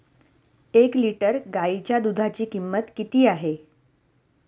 एक लिटर गाईच्या दुधाची किंमत किती आहे?